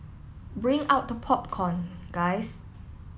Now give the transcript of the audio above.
bring out the popcorn guys